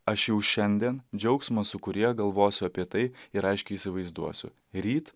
aš jau šiandien džiaugsmo sūkuryje galvosiu apie tai ir aiškiai įsivaizduosiu ryt